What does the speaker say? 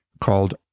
called